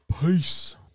peace